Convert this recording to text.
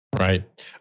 Right